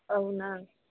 అవునా